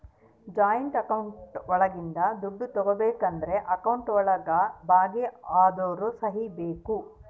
joint account ಒಳಗಿಂದ ದುಡ್ಡು ತಗೋಬೇಕು ಅಂದ್ರು ಅಕೌಂಟ್ ಒಳಗ ಭಾಗಿ ಅದೋರ್ ಸಹಿ ಬೇಕು